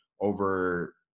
over